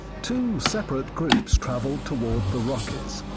two separate groups traveled toward the rockies.